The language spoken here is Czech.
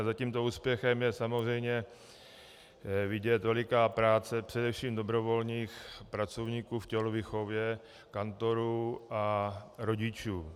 Za tímto úspěchem je samozřejmě vidět veliká práce především dobrovolných pracovníků v tělovýchově, kantorů a rodičů.